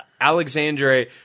Alexandre